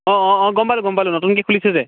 অ' অ' গম পালোঁ গম পালোঁ নতুনকৈ খুলিছে যে